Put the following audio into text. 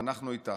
ואנחנו איתה,